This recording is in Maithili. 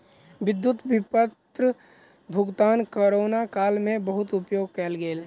विद्युत विपत्र भुगतान कोरोना काल में बहुत उपयोग कयल गेल